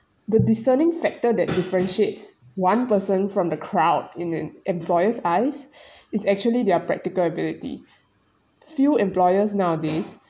the discerning factor that differentiates one person from the crowd in an employer's eyes is actually their practical ability few employers nowadays